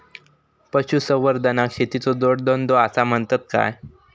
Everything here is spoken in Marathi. पशुसंवर्धनाक शेतीचो जोडधंदो आसा म्हणतत काय?